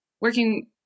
working